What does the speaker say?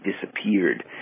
disappeared